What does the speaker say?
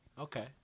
Okay